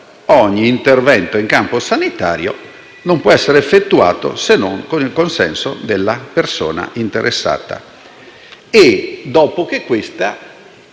ogni intervento in campo sanitario non possa essere effettuato se non con il consenso della persona interessata e dopo che questa